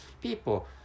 people